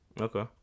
Okay